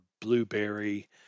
blueberry